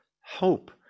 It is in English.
hope